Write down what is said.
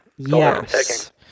Yes